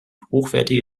hochwertige